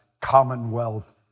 Commonwealth